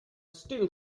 still